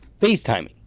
facetiming